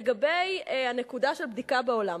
לגבי הנקודה של בדיקה בעולם,